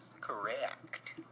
correct